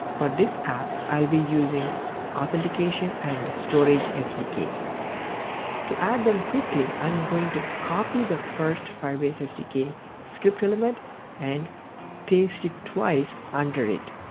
for this app, i will be using authentication and storage sdks. to add them quickly, i am going to copy the first firebase sdk script element and paste it twice under it.